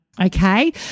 okay